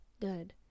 good